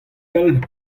pell